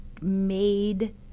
made –